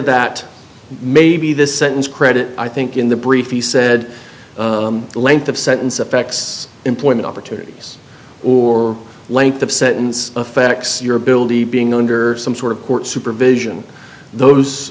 that maybe this sentence credit i think in the brief he said length of sentence affects employment opportunities or length of sentence affects your ability being under some sort of court supervision those